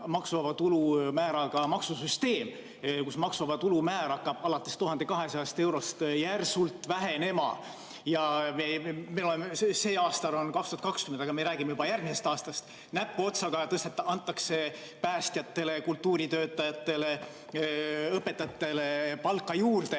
maksusüsteem, kus maksuvaba tulu määr hakkab alates 1200 eurost järsult vähenema. Praegu on aasta 2020, aga me räägime juba järgmisest aastast. Näpuotsaga antakse päästjatele, kultuuritöötajatele, õpetajatele palka juurde,